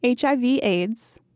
HIV-AIDS